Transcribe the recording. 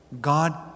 God